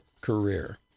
career